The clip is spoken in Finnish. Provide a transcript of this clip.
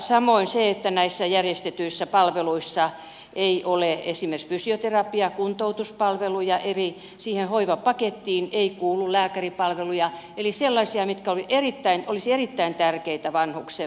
samoin näissä järjestetyissä palveluissa ei ole esimerkiksi fysioterapiakuntoutuspalveluja eli siihen hoivapakettiin ei kuulu lääkäripalveluja eli sellaisia mitkä olisivat erittäin tärkeitä vanhukselle